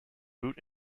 boot